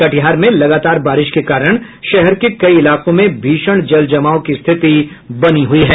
कटिहार में लगातार बारिश के कारण शहर के कई इलाकों में भीषण जल जमाव की स्थिति बनी हुई है